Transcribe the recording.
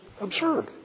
absurd